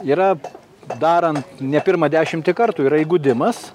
yra darant ne pirmą dešimtį kartų yra įgudimas